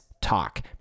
talk